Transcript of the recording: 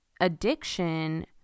addiction